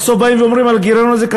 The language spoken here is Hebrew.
ובסוף באים ואומרים על הגירעון הזה,